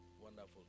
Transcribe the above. Wonderful